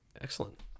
Excellent